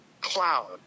cloud